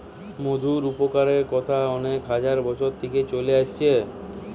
মধুর উপকারের কথা অনেক হাজার বছর থিকে চলে আসছে